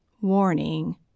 Warning